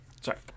Sorry